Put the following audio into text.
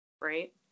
right